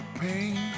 pain